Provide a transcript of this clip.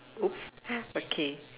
!oops! okay